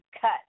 cut